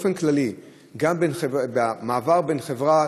באופן כללי, במעבר בין חברה